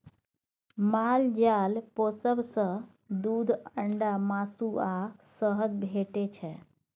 माल जाल पोसब सँ दुध, अंडा, मासु आ शहद भेटै छै